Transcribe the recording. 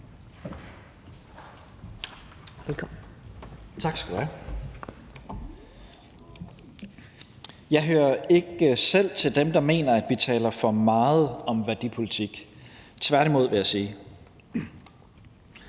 Tesfaye): Tak skal du have. Jeg hører ikke til dem, der mener, at vi taler for meget om værdipolitik – tværtimod, vil jeg sige.